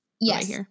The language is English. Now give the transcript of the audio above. Yes